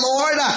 Lord